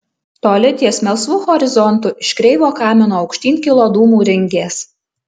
toli ties melsvu horizontu iš kreivo kamino aukštyn kilo dūmų ringės